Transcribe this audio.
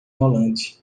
rolante